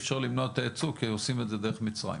אפשר למנוע את הייצוא כי עושים את זה דרך מצרים.